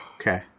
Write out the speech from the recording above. Okay